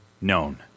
known